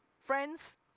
Friends